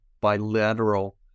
bilateral